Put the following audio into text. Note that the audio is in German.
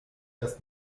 erst